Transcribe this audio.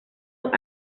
dos